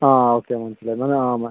ആ ഓക്കെ മനസ്സിലായി